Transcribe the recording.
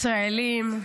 ישראלים,